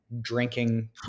drinking